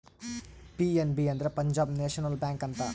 PNB ಅಂದ್ರೆ Punjab national bank ಅಂತ